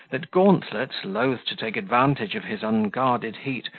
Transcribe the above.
that gauntlet, loath to take advantage of his unguarded heat,